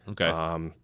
Okay